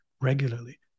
regularly